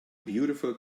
beautiful